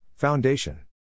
Foundation